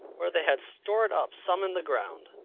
where they had stored up some in the ground.